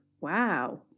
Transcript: wow